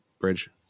bridge